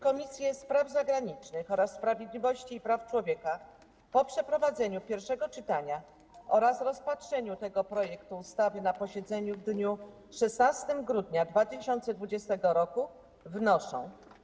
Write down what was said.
Komisje: Spraw Zagranicznych oraz Sprawiedliwości i Praw Człowieka po przeprowadzeniu pierwszego czytania oraz rozpatrzeniu tego projektu ustawy na posiedzeniu w dniu 16 grudnia 2020 r. wnoszą: